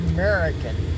American